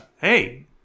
hey